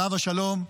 עליו השלום,